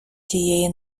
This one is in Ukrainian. тієї